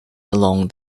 along